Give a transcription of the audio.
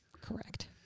correct